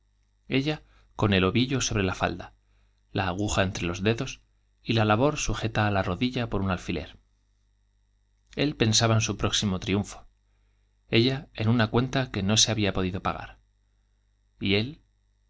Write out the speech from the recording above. ella en otra con la falda la aguja entre los dedos y la labor sujeta á la rodilía por un alfiler él pensaba en su próximo triun fo ella n una cuenta qlle no se había podido pagar mientras élse